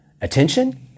attention